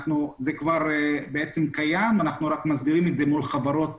זה כבר קיים, אנחנו רק מסדירים את זה מול חברות